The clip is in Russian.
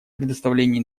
предоставление